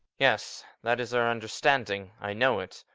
yes that is our understanding. i know it.